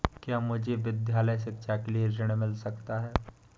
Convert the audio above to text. क्या मुझे विद्यालय शिक्षा के लिए ऋण मिल सकता है?